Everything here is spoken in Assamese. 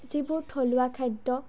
যিবোৰ থলুৱা খাদ্য